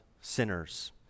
sinners